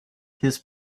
his